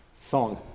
song